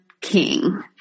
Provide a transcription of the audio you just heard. King